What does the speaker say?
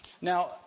Now